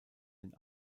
den